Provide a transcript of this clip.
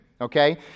Okay